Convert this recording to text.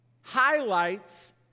highlights